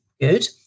good